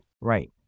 Right